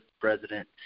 president